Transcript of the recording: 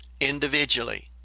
individually